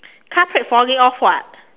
car plate falling off [what]